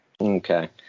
okay